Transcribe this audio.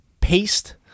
paste